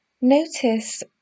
notice